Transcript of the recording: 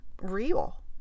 real